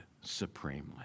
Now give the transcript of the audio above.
supremely